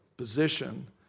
position